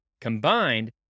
Combined